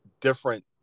different